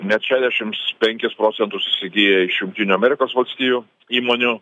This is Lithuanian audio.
net šešiasdešims penkis procentus įsigyja iš jungtinių amerikos valstijų įmonių